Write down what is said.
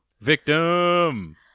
Victim